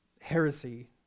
heresy